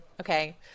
okay